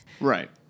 Right